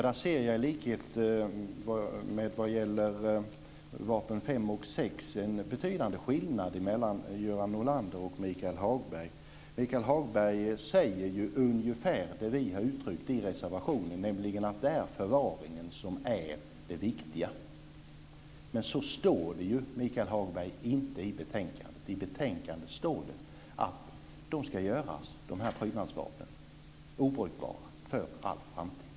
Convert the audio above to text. Jag ser i likhet med när det gäller vapen fem och sex en betydande skillnad mellan Hagberg säger ungefär det som vi har uttryckt i reservationen, nämligen att det är förvaringen som är det viktiga. Men så står det ju inte, Michael Hagberg, i betänkandet. I betänkandet står det att dessa prydnadsvapen ska göras obrukbara för all framtid.